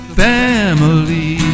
family